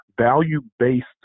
value-based